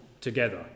together